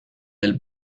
del